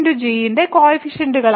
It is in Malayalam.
g ന്റെ കോയിഫിഷ്യൻറ് ആണ്